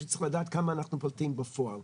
הוא צריך לדעת כמה אנחנו פולטים בפועל.